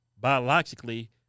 biologically